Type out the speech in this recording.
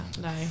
no